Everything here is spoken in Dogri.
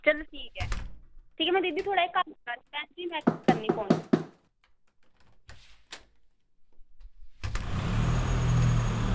चलो ठीक ऐ दीदी में थोह्ड़ा कम्म करानी ऐं बाद बिच भी में करनी आं फोन